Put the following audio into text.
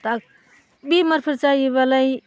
दा बेमारफोर जायोबालाय